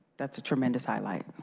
that's a tremendous highlight.